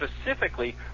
specifically